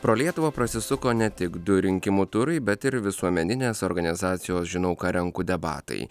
pro lietuvą prasisuko ne tik du rinkimų turai bet ir visuomeninės organizacijos žinau ką renku debatai